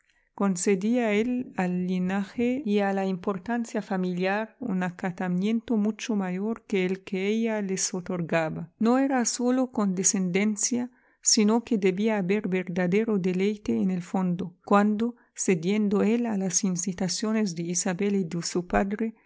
concedía él al linaje y a la importancia familiar un acatamiento mucho mayor que el que ella les otorgaba no era sólo condescendencia sino que debía haber verdadero deleite en el fondo cuando cediendo él a las incitaciones de isabel y de su padre